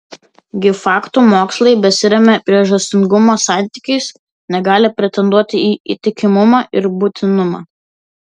gi faktų mokslai besiremią priežastingumo santykiais negali pretenduoti į įtikimumą ir būtinumą